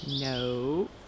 No